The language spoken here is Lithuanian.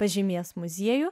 pažymės muziejų